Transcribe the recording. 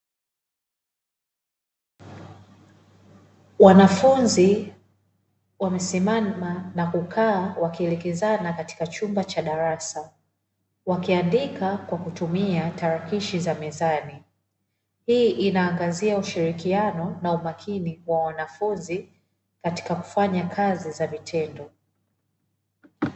Wanafunzi wamesimama na kukaa wakielekezana katika chumba cha darasa, wakiandika kwa kutumia tarakishi za mezani hii inaangazia ushirikiano na umakini kwa mwanafunzi katika kufanya kazi kwa vitendo.